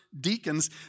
deacons